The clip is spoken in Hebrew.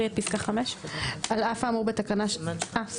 את